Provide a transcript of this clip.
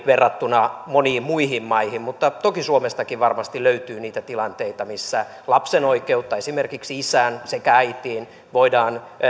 verrattuna moniin muihin maihin mutta toki suomestakin varmasti löytyy niitä tilanteita joissa lapsen oikeutta esimerkiksi isään sekä äitiin voidaan